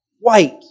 white